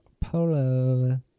polo